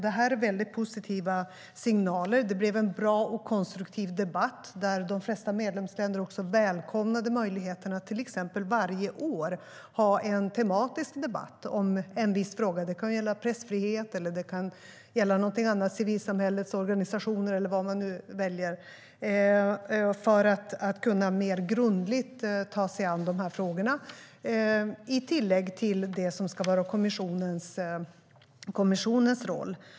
Det är positiva signaler, och det blev en bra och konstruktiv debatt där de flesta medlemsländer välkomnade möjligheten att till exempel varje år ha en tematisk debatt om en viss fråga. Det kan gälla pressfrihet eller någonting annat - civilsamhällets organisationer, eller vad man nu väljer - och det syftar till att kunna ta sig an frågorna mer grundligt, som tillägg till det som ska vara kommissionens roll.